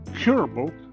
curable